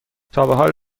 تابحال